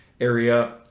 area